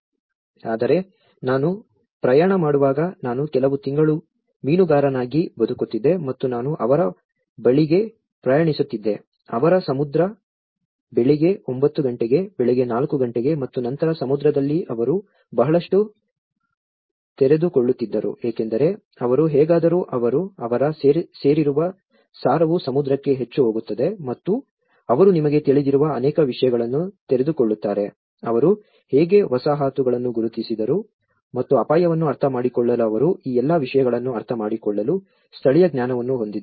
ಆದರೆ ನಾನು ಪ್ರಯಾಣ ಮಾಡುವಾಗ ನಾನು ಕೆಲವು ತಿಂಗಳು ಮೀನುಗಾರನಾಗಿ ಬದುಕುತ್ತಿದ್ದೆ ಮತ್ತು ನಾನು ಅವರ ಬಳಿಗೆ ಪ್ರಯಾಣಿಸುತ್ತಿದ್ದೆ ಅವರ ಸಮುದ್ರ ಬೆಳಿಗ್ಗೆ ಒಂಬತ್ತು ಗಂಟೆಗೆ ಬೆಳಿಗ್ಗೆ ನಾಲ್ಕು ಗಂಟೆಗೆ ಮತ್ತು ನಂತರ ಸಮುದ್ರದಲ್ಲಿ ಅವರು ಬಹಳಷ್ಟು ತೆರೆದುಕೊಳ್ಳುತ್ತಿದ್ದರು ಏಕೆಂದರೆ ಅವರು ಹೇಗಾದರೂ ಅವರ ಸೇರಿರುವ ಸಾರವು ಸಮುದ್ರಕ್ಕೆ ಹೆಚ್ಚು ಹೋಗುತ್ತದೆ ಮತ್ತು ಅವರು ನಿಮಗೆ ತಿಳಿದಿರುವ ಅನೇಕ ವಿಷಯಗಳನ್ನು ತೆರೆದುಕೊಳ್ಳುತ್ತಾರೆ ಅವರು ಹೇಗೆ ವಸಾಹತುಗಳನ್ನು ಗುರುತಿಸಿದರು ಮತ್ತು ಅಪಾಯವನ್ನು ಅರ್ಥಮಾಡಿಕೊಳ್ಳಲು ಮತ್ತು ಈ ಎಲ್ಲ ವಿಷಯಗಳನ್ನು ಅರ್ಥಮಾಡಿಕೊಳ್ಳಲು ಸ್ಥಳೀಯ ಜ್ಞಾನವನ್ನು ಹೊಂದಿದ್ದಾರೆ